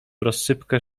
rozsypkę